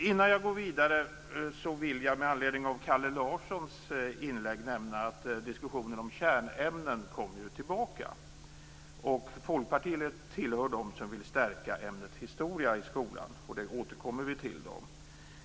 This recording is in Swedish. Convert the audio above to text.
Innan jag går vidare vill jag med anledning av Kalle Larssons inlägg nämna att diskussionen om kärnämnen kommer tillbaka. Folkpartiet hör till dem som vill stärka ämnet historia i skolan, och det återkommer jag till.